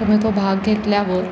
तर मग तो भाग घेतल्यावर